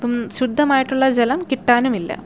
ശുദ്ധമായിട്ടുള്ള ജലം കിട്ടാനുമില്ല